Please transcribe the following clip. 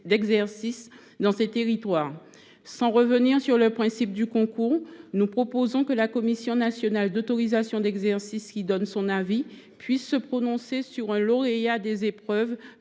d’exercice dans ces territoires. Sans revenir sur le principe du concours, nous proposons que la commission nationale d’autorisation d’exercice, qui donne son avis, puisse se prononcer sur un lauréat des épreuves